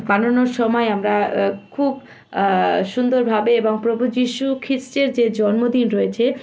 বানানোর সমায় আমরা খুব সুন্দরভাবে এবং প্রভু যীশু খ্রিস্টের যে জন্মদিন রয়েছে